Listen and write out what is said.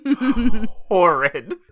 horrid